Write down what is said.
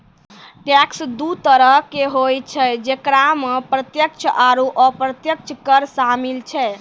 tax दु तरहो के होय छै जेकरा मे प्रत्यक्ष आरू अप्रत्यक्ष कर शामिल छै